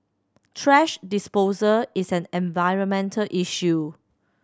thrash disposal is an environmental issue